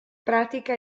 pratica